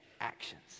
actions